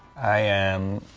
i am.